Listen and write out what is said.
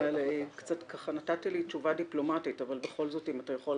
אתה נתת לי תשובה דיפלומטית אבל בכל זאת אם אתה כן יכול